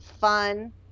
fun